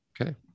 Okay